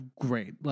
great